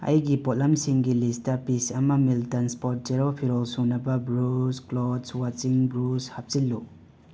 ꯑꯩꯒꯤ ꯄꯣꯠꯂꯝꯁꯤꯡꯒꯤ list piece ꯑꯃ ꯃꯤꯜꯇꯟ ꯁ꯭ꯄꯣꯠ ꯖꯦꯔꯣ ꯐꯤꯔꯣꯜ ꯁꯨꯅꯕ ꯕ꯭ꯔꯨꯁ ꯀ꯭ꯂꯣꯠꯁ ꯋꯥꯆꯤꯡ ꯕ꯭ꯔꯨꯁ ꯍꯥꯞꯆꯤꯜꯂꯨ